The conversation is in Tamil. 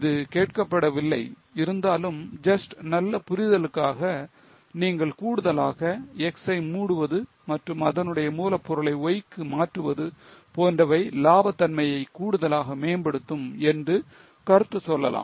இது கேட்கப்படவில்லை இருந்தாலும் just நல்ல புரிதலுக்காக நீங்கள் கூடுதலாக X ஐ மூடுவது மற்றும் அதனுடைய மூலப் பொருட்களை Y க்கு மாற்றுவது போன்றவை லாப தன்மையை கூடுதலாக மேம்படுத்தும் என்று கருத்து சொல்லலாம்